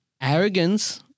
arrogance